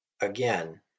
Again